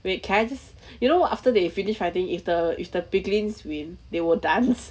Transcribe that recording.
wait can I just you know after they finish fighting if the if the piglings win they will dance